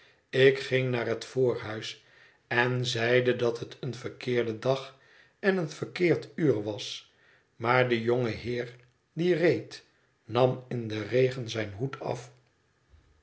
ik ging naar het voorhuis en zeide dat het een verkeerde dag en een verkeerd uur was maar de jonge heer die reed nam in den regen zijn hoed af